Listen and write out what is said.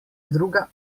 druga